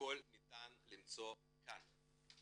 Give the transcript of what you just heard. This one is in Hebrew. הכל ניתן למצוא כאן.